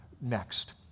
next